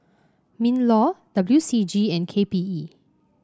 Minlaw W C G and K P E